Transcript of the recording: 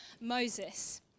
Moses